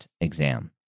exam